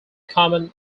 common